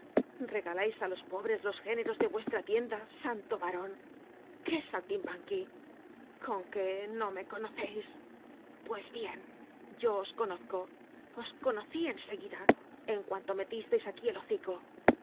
regalais á los pobres los géneros de vuestra tienda santo varon qué saltimbanqui con que no me conoceis pues bien yo os conozco os conocí en seguida en cuanto metisteis aquí el hocico